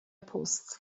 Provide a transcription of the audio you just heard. پست